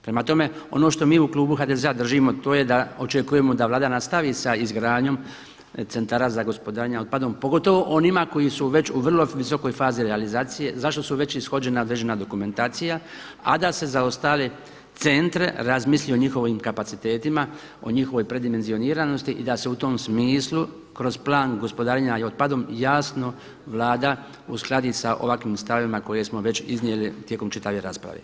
Prema tome, ono što mi u klubu HDZ-a držimo, to je da očekujemo da Vlada nastavi za izgradnjom centara za gospodarenje otpadom pogotovo onima koji su već u vrlo visokoj fazi realizacije, zašto su već ishođena određena dokumentacija a da se za ostale centre razmisli o njihovim kapacitetim, o njihovoj predimenzioniranosti da se u tom smislu kroz plan gospodarenja i otpadom jasno Vlada uskladi sa ovakvim stavovima koje smo već iznijeli tijekom čitave rasprave.